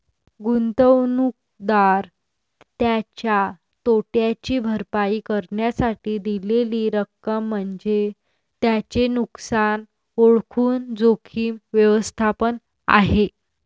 गुंतवणूकदार त्याच्या तोट्याची भरपाई करण्यासाठी दिलेली रक्कम म्हणजे त्याचे नुकसान ओळखून जोखीम व्यवस्थापन आहे